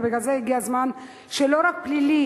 ובגלל זה הגיע הזמן שלא רק בפלילי